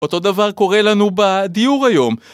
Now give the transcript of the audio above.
אותו דבר קורה לנו בדיור היום